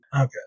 Okay